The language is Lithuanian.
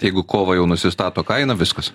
jeigu kovą jau nusistato kainą viskas